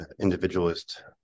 individualist